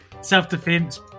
self-defense